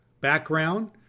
background